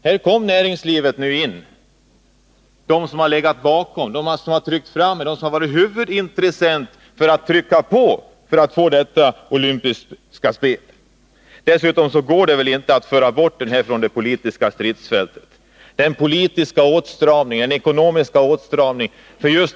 Här kom näringslivet in, som har varit den huvudintressent som har tryckt på för att få till stånd detta olympiska spel. Det går inte att föra bort denna fråga från det politiska stridsfältet i dessa tider med ekonomisk åtstramning.